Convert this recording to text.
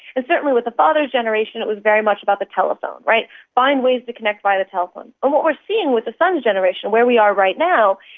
and certainly with the father's generation it was very much about the telephone, find ways to connect by the telephone. and what we're seeing with the son's generation, where we are right now,